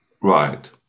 Right